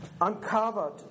uncovered